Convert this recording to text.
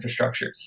infrastructures